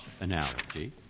analogy